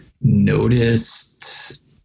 noticed